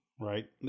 right